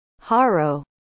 Haro